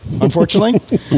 Unfortunately